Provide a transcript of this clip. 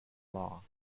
law